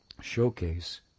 showcase